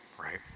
right